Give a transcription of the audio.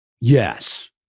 Yes